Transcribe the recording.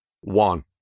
one